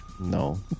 No